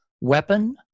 weapon